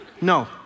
No